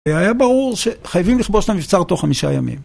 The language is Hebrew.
היה ברור שחייבים לכבוש את המבצר תוך חמישה ימים.